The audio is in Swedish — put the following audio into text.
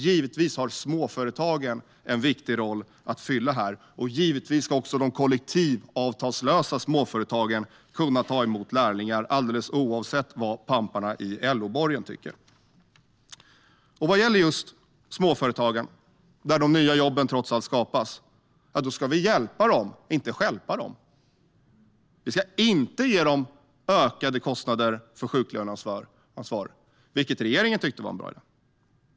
Givetvis har småföretagen en viktig roll att fylla, och givetvis ska också de kollektivavtalslösa småföretagen ta emot lärlingar, alldeles oavsett vad pamparna i LO-borgen tycker. Vad gäller just småföretagen, där de nya jobben trots allt skapas, ska vi hjälpa dem, inte stjälpa dem. Vi ska inte ge dem ökade kostnader för sjuklöneansvar, vilket regeringen tycker är en bra idé.